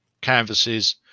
canvases